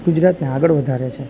ગુજરાતને આગળ વધારે છે